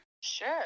Sure